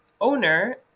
owner